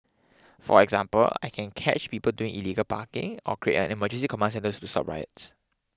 for example I can catch people doing illegal parking or create an emergency command centre to stop riots